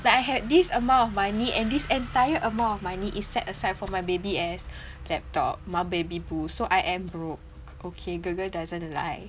but I had this amount of money and this entire amount of money is set aside for my baby ass laptop my baby boo so I am broke okay girl girl doesn't lie